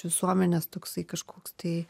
visuomenės toksai kažkoks tai